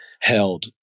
held